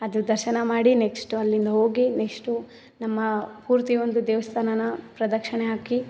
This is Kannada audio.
ಅದು ದರ್ಶನ ಮಾಡಿ ನೆಕ್ಸ್ಟು ಅಲ್ಲಿಂದ ಹೋಗಿ ನೆಕ್ಸ್ಟು ನಮ್ಮ ಪೂರ್ತಿ ಒಂದು ದೇವಸ್ಥಾನಾನ್ನ ಪ್ರದಕ್ಷಿಣೆ ಹಾಕಿ